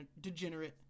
degenerate